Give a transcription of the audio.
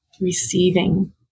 receiving